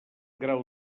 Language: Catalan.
grau